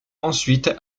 ensuite